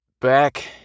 Back